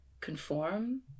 conform